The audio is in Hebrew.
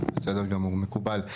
בסדר גמור, מקובל.